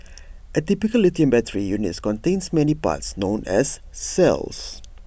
A typical lithium battery unit contains many parts known as cells